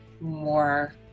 More